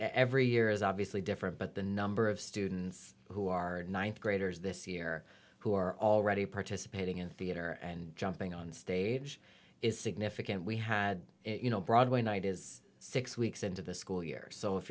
every year is obviously different but the number of students who are ninth graders this year who are already participate being in theater and jumping on stage is significant we had you know broadway night is six weeks into the school years so if